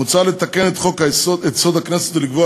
מוצע לתקן את חוק-יסוד: הכנסת ולקבוע